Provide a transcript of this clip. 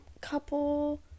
couple